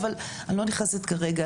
כי אף אחד לא מרכז את זה.